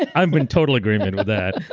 and i'm but in total agreement with that.